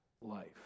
life